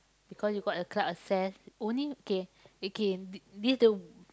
because you got a club access only okay okay this the